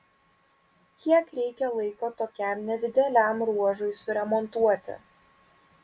kiek reikia laiko tokiam nedideliam ruožui suremontuoti